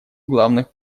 главных